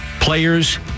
Players